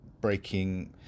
breaking